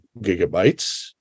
gigabytes